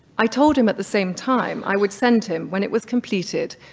i told him at the same time i would send him, when it was completed,